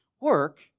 Work